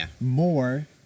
more